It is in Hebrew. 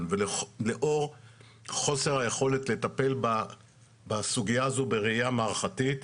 ולאור חוסר היכולת לטפל בסוגיה הזו בראיה מערכתית,